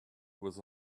with